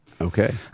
Okay